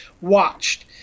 watched